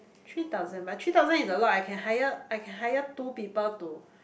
three thousand but three thousand is a lot I can hire I can hire two people to